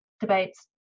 debates